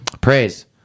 Praise